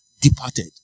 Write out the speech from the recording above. departed